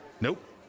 nope